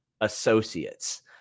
associates